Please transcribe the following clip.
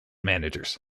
managers